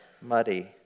muddy